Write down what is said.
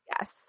Yes